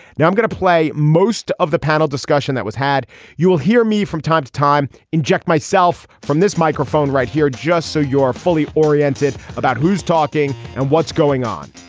now i'm going to play most of the panel discussion that was had you will hear me from time to time inject myself from this microphone right here just so you're fully oriented about who's talking and what's going on.